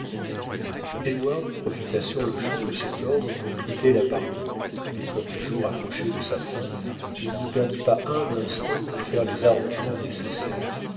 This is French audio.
profita sur-le-champ de cet ordre pour quitter l'appartement et comme le jour approchait de sa fin il ne perdit pas un instant pour faire les arrangements nécessaires